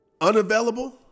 Unavailable